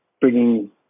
bringing